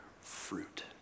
fruit